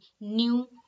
new